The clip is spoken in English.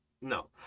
no